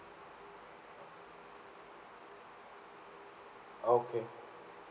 okay